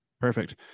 perfect